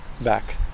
back